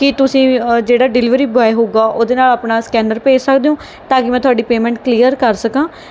ਕੀ ਤੁਸੀਂ ਜਿਹੜਾ delivery boy ਹੋਵੇਗਾ ਉਹਦੇ ਨਾਲ ਆਪਣਾ ਸਕੈਨਰ ਭੇਜ ਸਕਦੇ ਹੋ ਤਾਂ ਕਿ ਮੈਂ ਤੁਹਾਡੀ ਪੇਮੈਂਟ ਕਲੀਅਰ ਕਰ ਸਕਾਂ